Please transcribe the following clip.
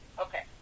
Okay